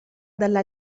dalla